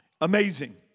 Amazing